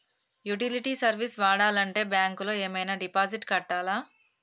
Utility service వాడాలంటే bank లో ఏమైనా డిపాజిట్ కట్టాలా?